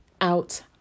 out